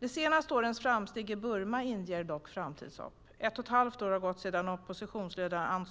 De senaste årens framsteg i Burma inger dock framtidshopp. Ett och ett halvt år har gått sedan oppositionsledaren